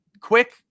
quick